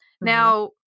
Now